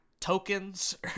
tokens